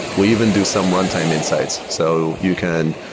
we even do some runtime insights. so you can,